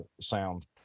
sound